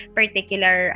particular